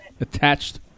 attached